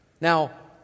Now